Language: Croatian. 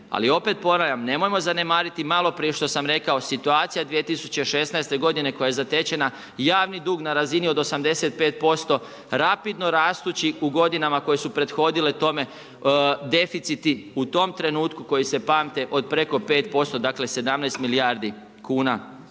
ali opet ponavljam, nemojmo zanemariti maloprije što sam rekao situacija 2016. godine koja je zatečena i javni dug na razini od 85% rapidno rastući u godinama koje su prethodile tome, deficiti, u tom trenutku koji se pamte od preko 5%, dakle 17 milijardi kuna